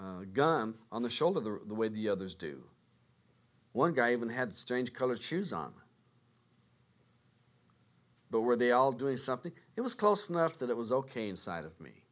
gun on the shoulder the way the others do one guy even had strange colored shoes on but were they all doing something it was close enough that it was ok in side of me